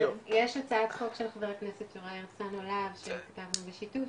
יש הצעת חוק של חבר הכנסת יוראי הרצנו להב שקיימנו בשיתוף,